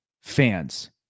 fans